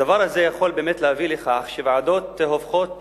הדבר הזה יכול באמת להביא לכך שוועדות הופכות